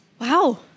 Wow